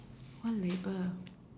what label